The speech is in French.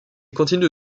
continue